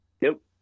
Nope